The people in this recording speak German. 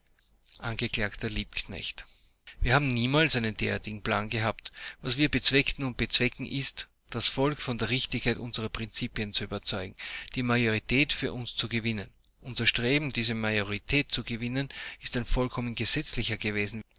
angekl liebknecht wir haben niemals einen derartigen plan gehabt was wir bezweckten und bezwecken ist das volk von der richtigkeit unserer prinzipien zu überzeugen die majorität für uns zu gewinnen unser streben diese majorität zu gewinnen ist ein vollkommen gesetzliches gewesen